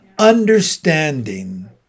Understanding